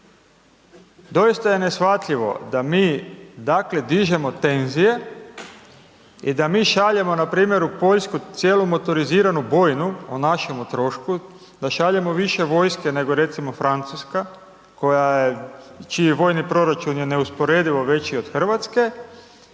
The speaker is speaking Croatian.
Doista je neshvatljivo da mi, dakle, dižemo tenzije i da mi šaljemo npr. u Poljsku cijelu motoriziranu bojnu o našemu trošku, da šaljemo više vojske nego recimo Francuska koja je, čiji je vojni proračun je neusporedivo veći od RH